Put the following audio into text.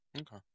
Okay